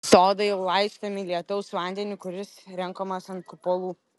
sodai laistomi lietaus vandeniu kuris renkamas ant kupolų